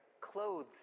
clothes